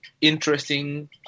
interesting